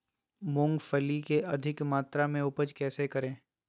मूंगफली के अधिक मात्रा मे उपज कैसे करें?